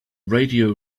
radio